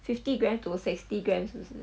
fifty gram to sixty gram 是不是